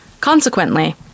Consequently